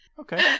Okay